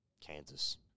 Kansas